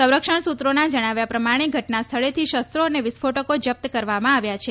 સંરક્ષણ સૂત્રોના જજ્ઞાવ્યા પ્રમાણે ઘટના સ્થળેથી શસ્રો અને વિસ્ફોટકો જપ્ત કરવામાં આવ્યા છે